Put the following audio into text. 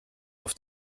auf